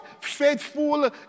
Faithful